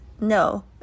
no